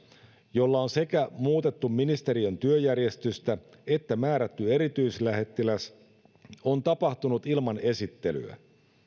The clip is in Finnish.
jolla on sekä muutettu ministeriön työjärjestystä että määrätty erityislähettiläs on tapahtunut ilman esittelyä